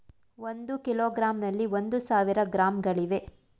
ಒಂದು ಕಿಲೋಗ್ರಾಂನಲ್ಲಿ ಒಂದು ಸಾವಿರ ಗ್ರಾಂಗಳಿವೆ